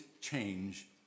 change